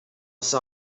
sais